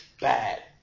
bad